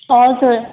हजुर